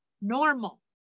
normal